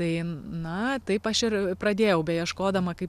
tai na taip aš ir pradėjau beieškodama kaip